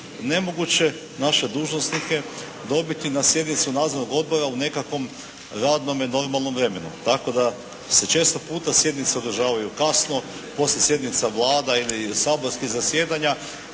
nemoguće naše dužnosnike dobiti na sjednicu nadzornog odbora u nekakvom radnome normalnome vremenu. Tako da se često puta sjednice održavaju kasno, poslije sjednica Vlada ili saborskih zasjedanja